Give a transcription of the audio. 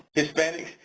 hispanics,